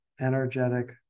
energetic